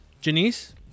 janice